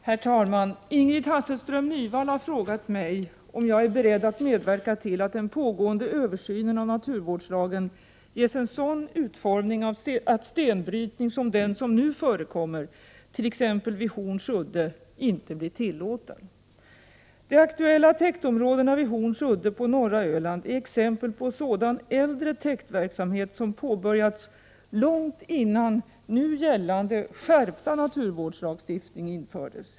Herr talman! Ingrid Hasselström Nyvall har frågat mig om jag är beredd att medverka till att den pågående översynen av naturvårdslagen ges en sådan utformning att stenbrytning som den som nu förekommer t.ex. vid Horns udde inte blir tillåten. De aktuella täktområdena vid Horns udde på norra Öland är exempel på sådan äldre täktverksamhet som påbörjats långt innan nu gällande, skärpta naturvårdslagstiftning infördes.